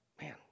man